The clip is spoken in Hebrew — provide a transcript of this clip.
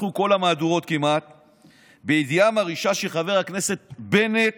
כמעט כל המהדורות פתחו בידיעה מרעישה שחבר הכנסת בנט